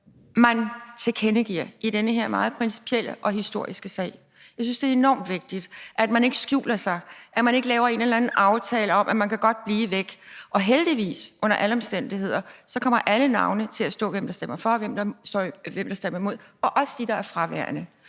en tilkendegivelse i den her meget principielle og historiske sag. Jeg synes, det er enormt vigtigt, at man ikke skjuler sig, at man ikke laver en eller anden aftale om, at man godt kan blive væk. Og heldigvis kommer alle navne under alle omstændigheder til at stå her – hvem der stemmer for, hvem der stemmer imod, og også hvem der er fraværende.